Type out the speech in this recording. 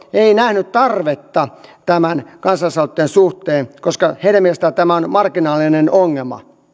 ei nähnyt tarvetta tämän kansalaisaloitteen suhteen koska heidän mielestään tämä on marginaalinen ongelma